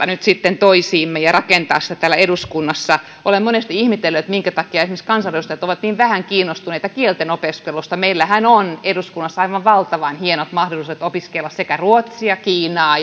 nyt sitten tätä suhdetta toisiimme ja rakentaa sitä täällä eduskunnassa olen monesti ihmetellyt minkä takia esimerkiksi kansanedustajat ovat niin vähän kiinnostuneita kielten opiskelusta meillähän on eduskunnassa aivan valtavan hienot mahdollisuudet opiskella ruotsia kiinaa